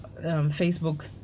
Facebook